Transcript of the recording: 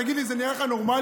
תגיד לי, זה נראה לך נורמלי?